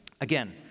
again